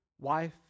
wife